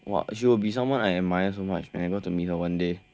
!wow! she will be someone I admire so much man I got to meet her one day